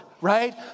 right